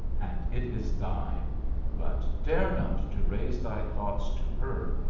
and it is thine but dare not to raise thy thoughts to her,